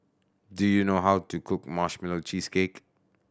do you know how to cook Marshmallow Cheesecake